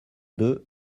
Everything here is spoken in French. deux